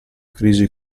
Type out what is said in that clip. crisi